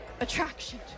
attraction